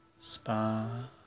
Spa